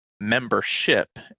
membership